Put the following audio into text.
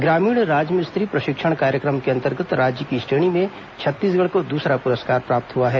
ग्रामीण राजमिस्त्री प्रषिक्षण कार्यक्रम के अंतर्गत राज्य की श्रेणी में छत्तीसगढ़ को दूसरा पुरस्कार प्राप्त हुआ है